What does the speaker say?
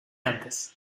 antes